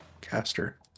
Caster